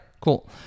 cool